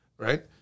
Right